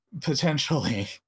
potentially